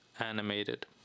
animated